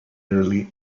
early